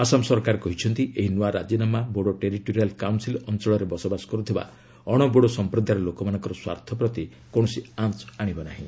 ଆସାମ ସରକାର କହିଛନ୍ତି ଏହି ନୂଆ ରାଜିନାମା ବୋଡୋ ଟେରିଟୋରିଆଲ କାଉନ୍ସିଲ ଅଞ୍ଚଳରେ ବସବାସ କରୁଥିବା ଅଣ ବୋଡୋ ସମ୍ପ୍ରଦାୟର ଲୋକମାନଙ୍କର ସ୍ୱାର୍ଥ ପ୍ରତି କୌଣସି ଆଞ୍ଚ ଆଣିବ ନାହିଁ